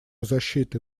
защиты